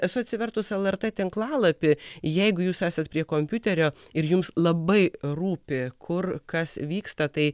esu atsivertus lrt tinklalapį jeigu jūs esat prie kompiuterio ir jums labai rūpi kur kas vyksta tai